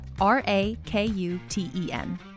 R-A-K-U-T-E-N